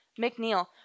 McNeil